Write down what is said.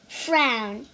frown，